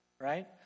right